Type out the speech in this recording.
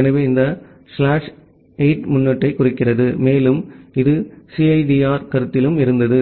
எனவே இந்த ஸ்லாஷ் 8 முன்னொட்டைக் குறிக்கிறது மேலும் இது சிஐடிஆர் கருத்திலும் இருந்தது